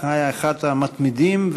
היה אחד המתמידים,